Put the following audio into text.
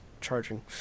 charging